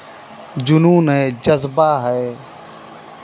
जुनून है जज़्बा है